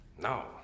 no